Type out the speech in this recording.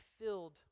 filled